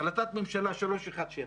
החלטת ממשלה 317,